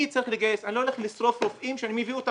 אני לא הולך לשכור רופאים שאני מביא אותם